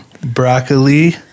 broccoli